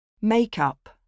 Make-up